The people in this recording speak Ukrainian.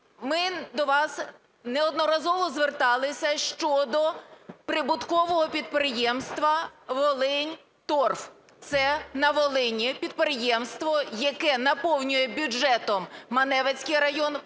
Ми до вас неодноразово зверталися щодо прибуткового підприємства "Волиньторф". Це на Волині підприємство, яке наповнює бюджетом Маневицький район,